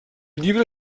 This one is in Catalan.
llibre